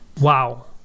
wow